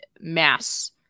mass